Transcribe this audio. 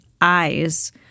eyes